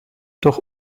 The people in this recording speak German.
doch